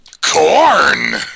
corn